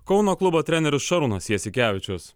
kauno klubo treneris šarūnas jasikevičius